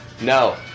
No